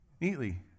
neatly